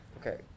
Okay